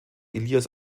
ilias